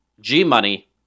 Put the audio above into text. G-Money